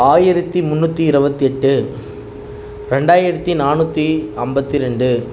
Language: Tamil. ஆயிரத்து முன்னூற்றி இருபத்தி எட்டு ரெண்டாயிரத்து நானூற்றி ஐம்பத்தி ரெண்டு